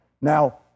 Now